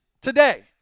today